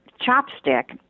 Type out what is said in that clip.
chopstick